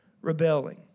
rebelling